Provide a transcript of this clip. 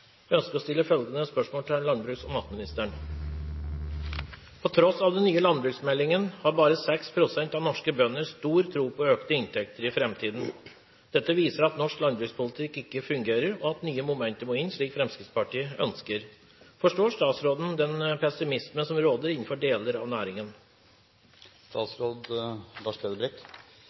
tross av den nye landsbruksmeldingen har bare 6 pst. av norske bønder stor tro på økte inntekter i fremtiden. Dette viser at norsk landbrukspolitikk ikke fungerer, og at nye momenter må inn, slik Fremskrittspartiet ønsker. Forstår statsråden den pessimisme som råder innenfor deler av næringen?»